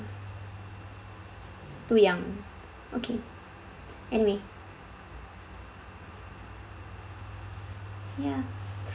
too young okay anyway ya